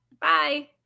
Bye